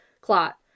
clot